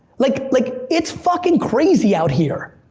like like it's fuckin' crazy out here.